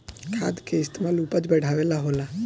खाद के इस्तमाल उपज बढ़ावे ला होला